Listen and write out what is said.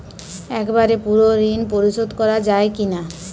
একবারে পুরো ঋণ পরিশোধ করা যায় কি না?